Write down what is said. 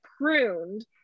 pruned